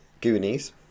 goonies